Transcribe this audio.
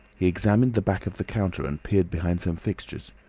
he examined the back of the counter and peered behind some fixtures.